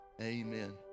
Amen